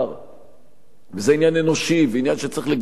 וזה עניין אנושי ועניין שצריך לגייס לו גם את דעת הקהל,